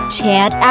Chant